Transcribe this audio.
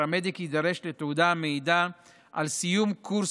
פרמדיק יידרש לתעודה המעידה על סיום קורס